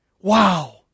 wow